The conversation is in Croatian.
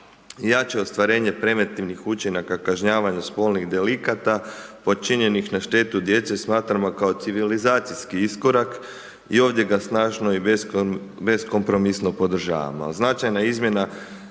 Jače ostvarenje predmetnim učinaka kažnjavanja spolnih delikata počinjenih na štetu djece smatramo kao civilizacijski iskorak i ovdje ga snažno i beskompromisno podržavamo. A značajna izmjena